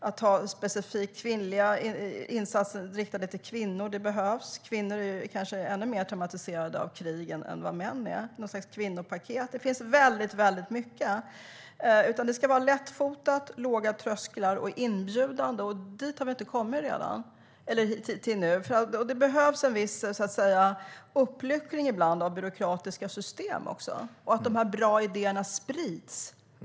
Det behövs insatser riktade till kvinnor. Kvinnor är kanske ännu mer traumatiserade av krig än vad män är. Det kan vara något slags kvinnopaket. Det finns väldigt mycket. Det ska vara låga trösklar och inbjudande. Dit har vi inte kommit än. Det behövs ibland en viss uppluckring av byråkratiska system, och de bra idéer som finns behöver spridas.